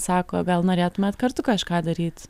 sako gal norėtumėt kartu kažką daryt